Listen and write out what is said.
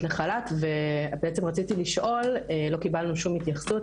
לחל"ת ובעצם רציתי לשאול משום שלא קיבלנו שום התייחסות,